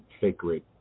sacred